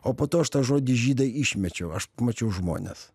o po to aš tą žodį žydai išmečiau aš pamačiau žmones